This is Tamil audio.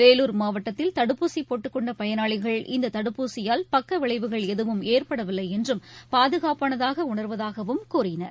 வேலூர் மாவட்டத்தில் தடுப்பூசி போட்டுக்கொண்ட பயனாளிகள் இந்த தடுப்பூசியால் பக்கவிளைவுகள் எதுவும் ஏற்படவில்லை என்றும் பாதுகாப்பானதாக உணர்வதாகவும் கூறினர்